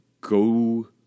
go